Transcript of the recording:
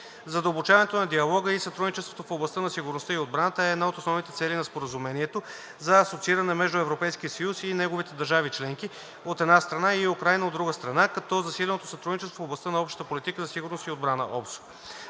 Задълбочаването на диалога и сътрудничеството в областта на сигурността и отбраната е една от основните цели на Споразумението за асоцииране между Европейския съюз и неговите държави – членки, от една страна, и Украйна, от друга страна, като засилено сътрудничество в областта на общата политика за сигурност и отбрана (ОПСО).